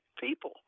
people